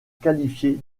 qualifiées